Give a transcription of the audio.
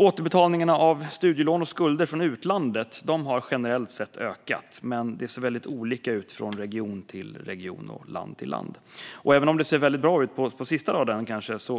Återbetalningarna av studielån och skulder från utlandet har generellt sett ökat, men det ser väldigt olika ut från region till region och från land till land. Även om det ser väldigt bra ut på sista raden kan det